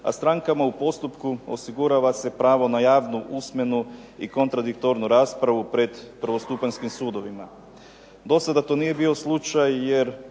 a strankama u postupku osigurava se pravo na javnu usmenu i kontradiktornu raspravu pred prvostupanjskim sudovima. Do sada to nije bio slučaj, jer